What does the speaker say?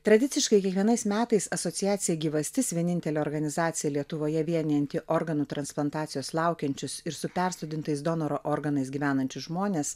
tradiciškai kiekvienais metais asociacija gyvastis vienintelė organizacija lietuvoje vienijanti organų transplantacijos laukiančius ir su persodintais donoro organais gyvenančius žmones